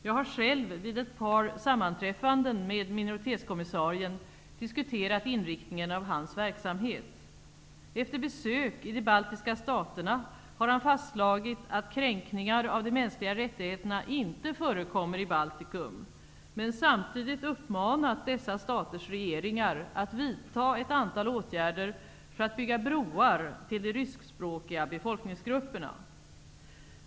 Jag har själv vid ett par sammanträffanden med minoritetskommissarien diskuterat inriktningen av hans verksamhet. Efter besök i de baltiska staterna har han fastslagit att kränkningar av de mänskliga rättigheterna inte förekommer i Baltikum men samtidigt uppmanat dessa staters regeringar att vidta ett antal åtgärder för att bygga broar till de ryskspråkiga befolkningsgrupperna.